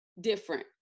different